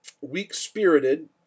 weak-spirited